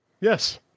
Yes